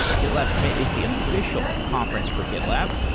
gitlab commit is the official conference for gitlab,